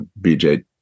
BJ